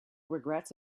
regrets